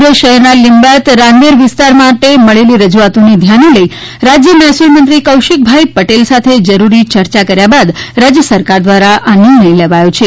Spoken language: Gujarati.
સુરત શહેરના લિંબાયત રાંદેર વિસ્તાર માટે મળેલી રજૂઆતોને ધ્યાને લઇ રાજ્ય મહેસુલમંત્રી કૌશિકભાઇ પટેલ સાથે જરૂરી ચર્ચા કર્યા બાદ રાજ્ય સરકાર દ્વારા આ નિર્ણય લેવાયો છે